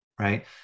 right